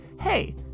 Hey